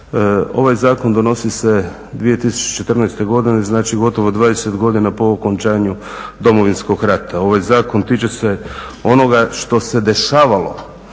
Ovaj zakon donosi se u 2014. godini, znači gotovo 20 godina po okončanju Domovinskog rata. Ovaj zakon tiče se onoga što se dešavalo